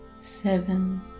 seven